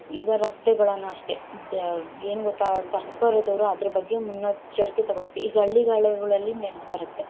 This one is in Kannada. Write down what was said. ಈಗ ರಸ್ತೆಗಳನ್ನು ಅಷ್ಟೇ ದೆ ಏನು ಗೊತ್ತಾ ಸರ್ಕಾರದವರು ಅದ್ರ ಬಗ್ಗೆ ಮುನ್ನೆಚ್ಚರಿಕೆ ತಗೋಬೇಕು ಈಗ ಹಳ್ಳಿಗಳಲ್ಲಿ ನಡ್ದು ಬರುತ್ತೆ